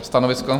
Stanovisko?